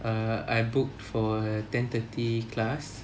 err I booked for ten thirty class